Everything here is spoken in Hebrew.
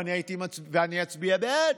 ואני אצביע בעד.